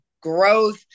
growth